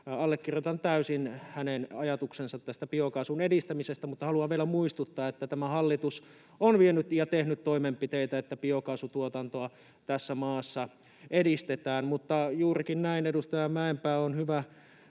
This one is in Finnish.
allekirjoitan täysin hänen ajatuksensa tästä biokaasun edistämisestä, mutta haluan vielä muistuttaa, että tämä hallitus on vienyt ja tehnyt toimenpiteitä, että biokaasutuotantoa tässä maassa edistetään. Mutta juurikin näin, edustaja Mäenpää on hyvä